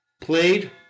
Played